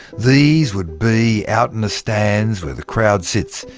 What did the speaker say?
these would be out in the stands, where the crowd sits.